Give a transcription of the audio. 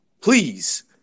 Please